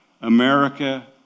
America